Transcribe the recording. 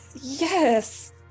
Yes